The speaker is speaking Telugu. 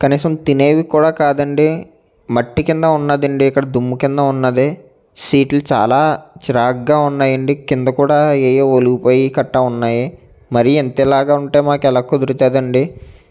కనీసం తినేవి కూడా కాదండి మట్టి కింద ఉన్నది అండి ఇక్కడ దుమ్ము కింద ఉన్నది సీట్లు చాలా చిరాకుగా ఉన్నాయి అండి కింద కూడా ఏవో ఒలిగిపోయి కట్టా ఉన్నాయి మరీ ఇంత ఇలాగ ఉంటే మాకు ఎలా కుదురుతుంది అండి